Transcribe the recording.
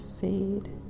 fade